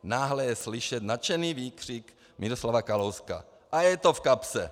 Náhle je slyšet nadšený výkřik Miroslava Kalouska: A je to v kapse!